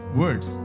words